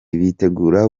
bitegura